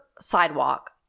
sidewalk